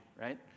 right